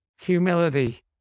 humility